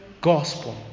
gospel